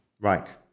Right